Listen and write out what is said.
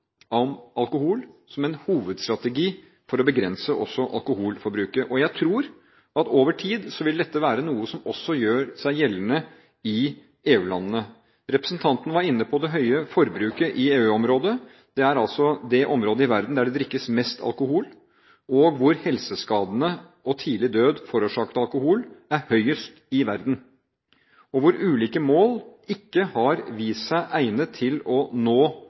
alkohol som en hovedstrategi for å begrense alkoholforbruket. Jeg tror at dette over tid vil være noe som også gjør seg gjeldende i EU-landene. Representanten var inne på det høye forbruket i EU-området – det er altså det området i verden der det drikkes mest alkohol, hvor helseskadene og tidlig død forårsaket av alkohol er høyest i verden, og hvor ulike virkemidler ikke har vist seg egnet til å nå